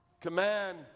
command